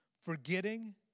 forgetting